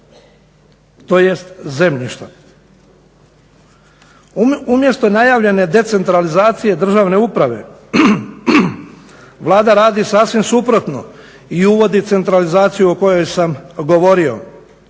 tj. zemljišta. Umjesto najavljene decentralizacije državne uprave Vlada radi sasvim suprotno i uvodi centralizaciju o kojoj sam govorio.